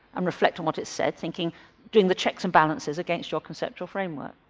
and reflect on what it said, thinking doing the checks and balances against your conceptual framework.